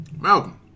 Malcolm